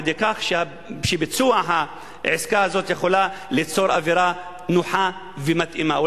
על-ידי כך שביצוע העסקה ייצור אווירה נוחה ומתאימה.